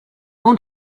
going